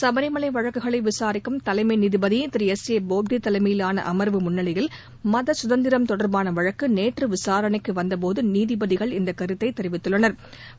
சுபரி மலை வழக்குகளை விசாரிக்கும் தலைமை நீதிபதி எஸ் ஏ போப்டே தலைமையிலாள அமா்வு முன்னிலையில் மத சுதந்திரம் தொடா்பான வழக்கு நேற்று விசாரணைக்கு வந்தபோது நீதிபதிகள் இந்த கருத்தை தெரிவித்துள்ளனா்